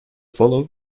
followed